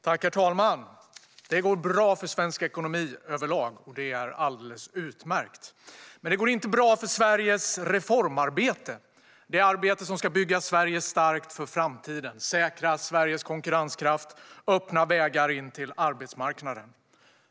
Herr talman! Det går bra för svensk ekonomi överlag, och det är alldeles utmärkt. Men det går inte bra för Sveriges reformarbete - det arbete som ska bygga Sverige starkt för framtiden, säkra Sveriges konkurrenskraft och öppna vägar in till arbetsmarknaden.